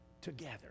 together